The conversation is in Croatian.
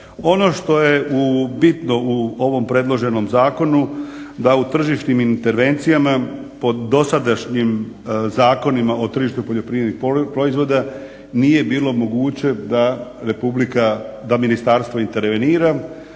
Ono što je bitno u ovom predloženom zakonu, da u tržišnim intervencijama po dosadašnjim Zakonima o tržištu poljoprivrednih proizvoda nije bilo moguće da ministarstvo intervenira